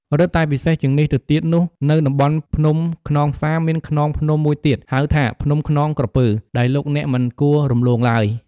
រឹតតែពិសេសជាងនេះទៅទៀតនោះ នៅតំបន់ភ្នំខ្នងផ្សាមានខ្នងភ្នំមួយទៀត ហៅថាភ្នំខ្នងក្រពើ ដែលលោកអ្នកមិនគួររំលងឡើយ។